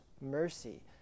mercy